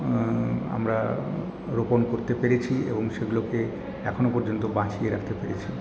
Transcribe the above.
আমরা রোপন করতে পেরেছি এবং সেগুলোকে এখনও পর্যন্ত বাঁচিয়ে রাখতে পেরেছি